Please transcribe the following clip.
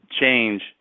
change